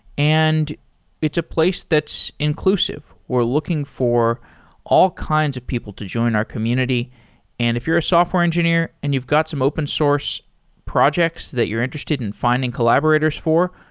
and it's a place that's inclusive. we're looking for all kinds of people to join our community and if you're a software engineer and you've got some open source projects that you're interested in finding collaborators for,